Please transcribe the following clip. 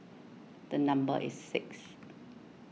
the number is six